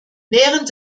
während